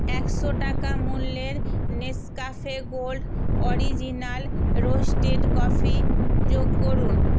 একশো টাকা মূল্যের Nescafe Gold original roasted coffee যোগ করুন